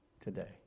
today